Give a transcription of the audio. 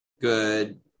good